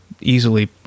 easily